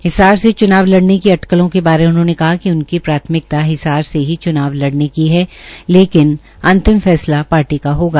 हिसार से च्नाव लड़ने की अटकने के बारे उन्होंने कहा कि उनकी प्राथमिकता हिसार से ही चुनाव लड़ने की है लेकिन अंतिम फैसला पार्टी का होगा